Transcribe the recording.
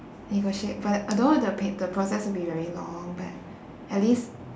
negotiate but I don't know the pa~ the process would be very long but at least